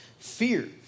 fear